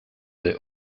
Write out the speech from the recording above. they